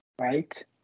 right